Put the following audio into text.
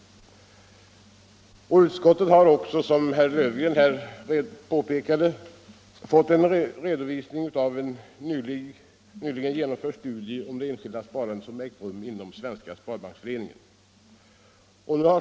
Utskottet har också, som herr Löfgren påpekade, fått en redovisning av en nyligen genomförd studie om det enskilda sparandet som ägt rum inom Svenska sparbanksföreningen.